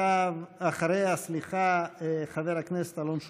ואחריה חבר הכנסת אלון שוסטר.